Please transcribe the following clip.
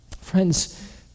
Friends